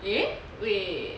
eh wait